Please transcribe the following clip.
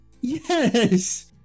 Yes